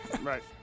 right